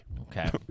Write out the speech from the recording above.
Okay